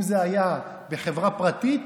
אם זה היה בחברה פרטית,